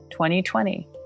2020